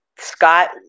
Scott